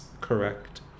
correct